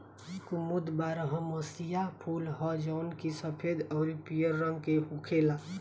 कुमुद बारहमसीया फूल ह जवन की सफेद अउरी पियर रंग के होखेला